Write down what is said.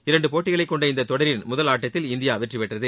இரண்டு போட்டிகளைக் கொண்ட இந்த தொடரின் முதல் ஆட்டத்தில் இந்தியா வெற்றிபெற்றது